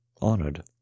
honored